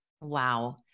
wow